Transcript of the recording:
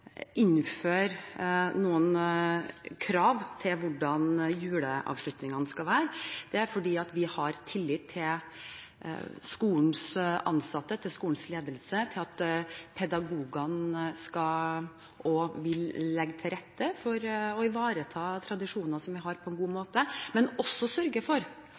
innføre noen krav til hvordan juleavslutningene skal være. Det er fordi vi har tillit til skolens ansatte, til skolens ledelse og til at pedagogene vil legge til rette for å ivareta tradisjoner som vi har, på en god måte, men også vil sørge for